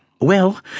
Well